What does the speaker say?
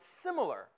similar